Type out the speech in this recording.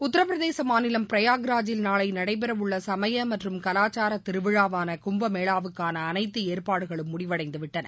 உத்தரபிரதேசமாநிலம் பிரயாக்ராஜில் நாளைநடைபெறவுள்ளசமயமற்றும் கலாச்சாரதிருவிழாவானகும்பமேளாவுக்கானஅனைத்துஏற்பாடுகளும் முடிவடைந்துவிட்டன